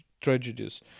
tragedies